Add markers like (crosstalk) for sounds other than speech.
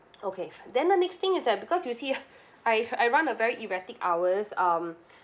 okay then the next thing is that because you see (laughs) I I run a very erratic hours um